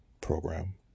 program